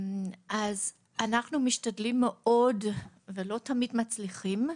אנחנו משתדלים מאוד, ולא תמיד מצליחים,